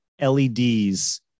LEDs